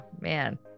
man